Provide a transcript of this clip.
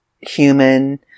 Human